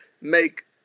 make